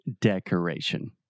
Decoration